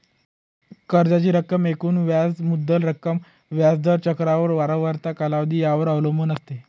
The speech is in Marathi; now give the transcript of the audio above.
कर्जाची रक्कम एकूण व्याज मुद्दल रक्कम, व्याज दर, चक्रवाढ वारंवारता, कालावधी यावर अवलंबून असते